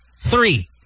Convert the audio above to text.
three